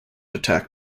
attack